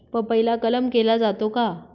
पपईला कलम केला जातो का?